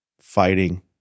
fighting